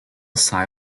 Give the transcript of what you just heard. psi